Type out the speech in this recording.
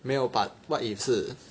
没有 but what if 是